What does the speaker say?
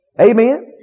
Amen